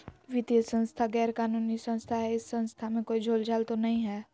वित्तीय संस्था गैर कानूनी संस्था है इस संस्था में कोई झोलझाल तो नहीं है?